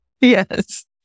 Yes